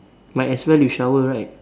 might as well you shower right